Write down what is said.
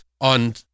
on